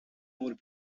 more